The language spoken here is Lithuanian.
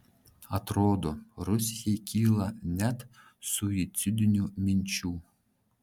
atrodo rusijai kyla net suicidinių minčių